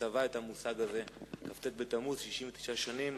שטבע את המושג הזה, בכ"ט בתמוז, לפני 69 שנים.